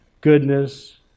goodness